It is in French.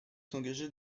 s’engager